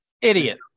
Idiot